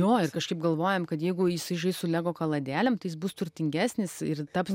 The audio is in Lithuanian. jo ir kažkaip galvojam kad jeigu jisai žais su lego kaladėlėm tai jis bus turtingesnis ir taps